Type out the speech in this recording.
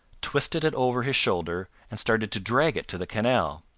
twisted it over his shoulder and started to drag it to the canal.